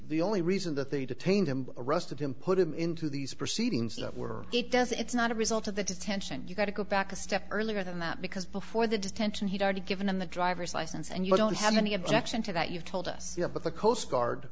the only reason that they detained him arrested him put him into these proceedings that were it does it's not a result of the detention you got to go back a step earlier than that because before the detention he'd already given in the driver's license and you don't have any objection to that you've told us that the coast guard